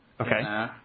Okay